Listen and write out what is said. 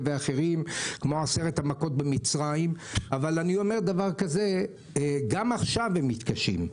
ואחרים כמו עשרת המכות במצרים אבל אני אומר שגם עכשיו הם מתקשים,